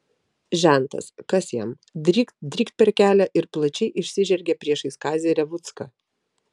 žentas kas jam drykt drykt per kelią ir plačiai išsižergė priešais kazį revucką